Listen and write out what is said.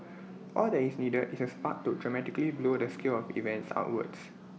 all that is needed is A spark to dramatically blow the scale of events outwards